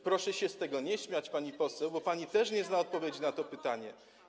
Proszę się z tego nie śmiać, pani poseł, bo pani też nie zna odpowiedzi na to pytanie.